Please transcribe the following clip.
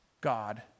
God